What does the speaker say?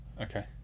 Okay